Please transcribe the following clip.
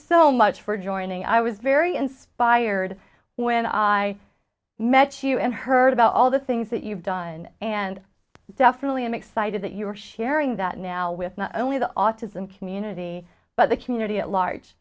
so much for joining i was very inspired when i met you and heard about all the things that you've done and definitely i'm excited that you're sharing that now with not only the autism community but the community at large